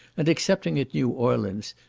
and excepting at new orleans,